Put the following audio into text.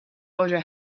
other